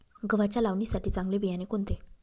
गव्हाच्या लावणीसाठी चांगले बियाणे कोणते?